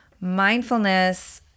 mindfulness